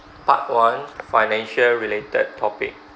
part one financial-related topic